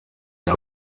rya